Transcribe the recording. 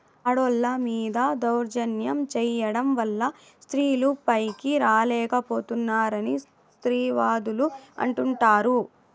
ఆడోళ్ళ మీద దౌర్జన్యం చేయడం వల్ల స్త్రీలు పైకి రాలేక పోతున్నారని స్త్రీవాదులు అంటుంటారు